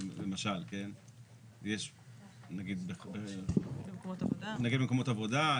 נגיד מקומות עבודה,